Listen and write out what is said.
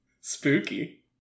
Spooky